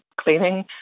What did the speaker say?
cleaning